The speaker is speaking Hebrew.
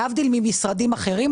להבדיל ממשרדים אחרים,